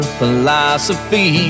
philosophy